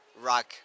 rock